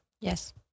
Yes